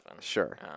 Sure